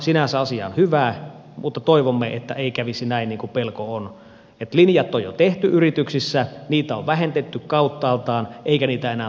sinänsä asia on hyvä mutta toivomme että ei kävisi näin niin kuin pelko on että linjat on jo tehty yrityksissä niitä on vähennetty kauttaaltaan eikä niitä enää tulla palauttamaan